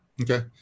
Okay